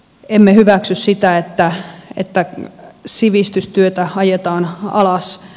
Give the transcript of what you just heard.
emme hyväksy sitä että sivistystyötä ajetaan alas